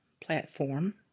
platform